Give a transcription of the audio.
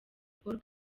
paul